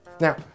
Now